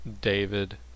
David